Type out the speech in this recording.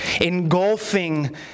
engulfing